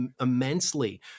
immensely